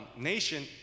nation